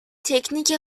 تکنیک